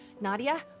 Nadia